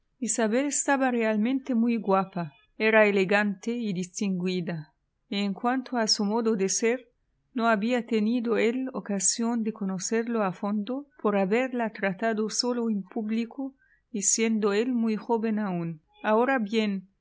isabel estaba realmente muy guapa era elegante y distinguida y en cuanto a su modo de ser no había tenido él ocasión de conocerlo a fondo por haberla tratado sólo en público y siendo él muy joven aún ahora bien